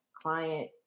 client